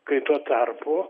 kai tuo tarpu